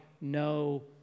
no